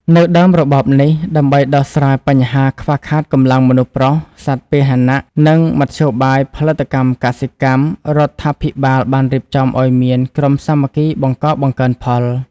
នៅដើមរបបនេះ ដើម្បីដោះស្រាយបញ្ហាខ្វះខាតកម្លាំងមនុស្សប្រុស សត្វពាហនៈ និងមធ្យោបាយផលិតកម្មកសិកម្ម រដ្ឋាភិបាលបានរៀបចំឱ្យមាន "ក្រុមសាមគ្គីបង្កបង្កើនផល"។